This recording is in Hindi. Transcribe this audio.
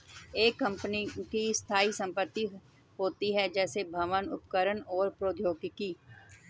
एक कंपनी की स्थायी संपत्ति होती हैं, जैसे भवन, उपकरण और प्रौद्योगिकी